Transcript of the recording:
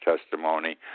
testimony